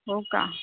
हो का